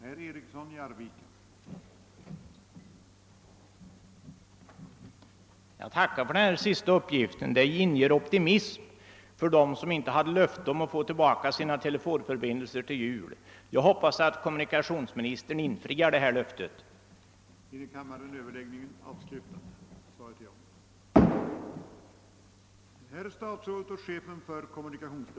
Herr talman! Jag tackar för denna senaste uppgift. Den inger optimism hos alla dem som inte har fått något löfte om att få sina telefonförbindelser klara till jul. Jag hoppas nu att kommunikationsministern infriar detta löfte.